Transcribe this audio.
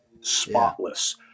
spotless